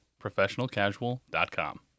ProfessionalCasual.com